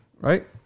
Right